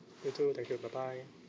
you too thank you bye bye